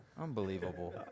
unbelievable